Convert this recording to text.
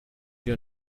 your